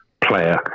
player